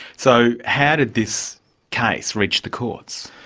so how did this case reach the courts?